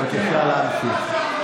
בבקשה להמשיך.